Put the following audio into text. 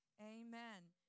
Amen